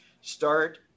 Start